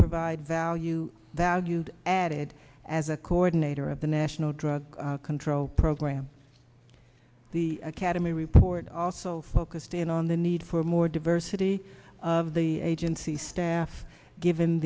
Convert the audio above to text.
provide value that you added as a coordinator of the national drug control program the academy report also focused in on the need for more diversity of the agency staff given